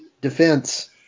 Defense